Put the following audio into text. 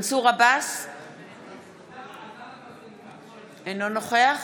אינו נוכח